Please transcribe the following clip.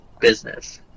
business